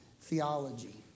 theology